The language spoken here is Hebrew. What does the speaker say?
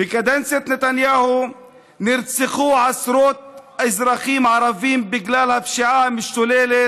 בקדנציית נתניהו נרצחו עשרות אזרחים ערבים בגלל הפשיעה המשתוללת,